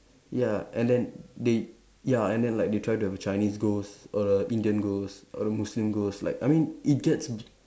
ya and then they ya and then like they try to have a Chinese ghost or a Indian ghost or a Muslim ghost like I mean it gets